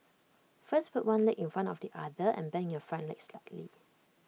first put one leg in front of the other and bend your front leg slightly